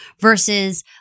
versus